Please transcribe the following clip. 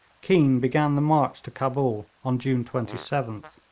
keane began the march to cabul on june twenty seventh.